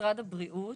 משרד הבריאות,